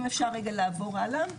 אם אפשר רגע לעבור הלאה,